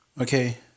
Okay